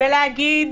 ולהגיד